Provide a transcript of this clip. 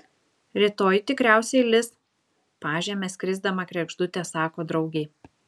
rytoj tikriausiai lis pažeme skrisdama kregždutė sako draugei